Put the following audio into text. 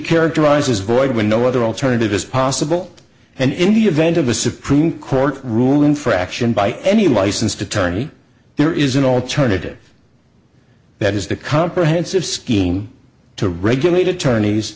characterized as void when no other alternative is possible and in the event of a supreme court ruling fraction by any licensed attorney there is an alternative that is the comprehensive scheme to regulate attorneys